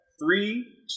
Three